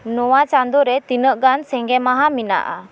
ᱱᱚᱣᱟ ᱪᱟᱸᱫᱳ ᱨᱮ ᱛᱤᱱᱟᱹᱜ ᱜᱟᱱ ᱥᱤᱸᱜᱮ ᱢᱟᱦᱟ ᱢᱮᱱᱟᱜᱼᱟ